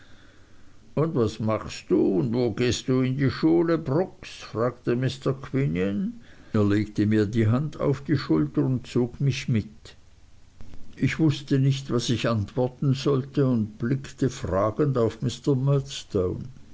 und was machst du und wo gehst du in die schule brooks fragte mr quinion er legte mir die hand auf die schulter und zog mich mit ich wußte nicht was ich antworten sollte und blickte fragend auf